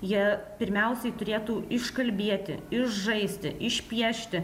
jie pirmiausiai turėtų iškalbėti išžaisti išpiešti